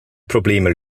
probleme